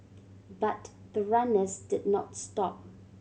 but the runners did not stop